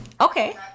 Okay